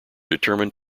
determined